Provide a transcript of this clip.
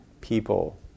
people